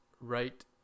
right